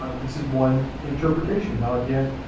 ah this is one interpretation. now again,